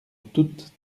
toute